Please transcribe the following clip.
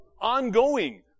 ongoing